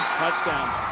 touchdown.